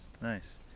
nice